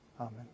Amen